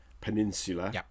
Peninsula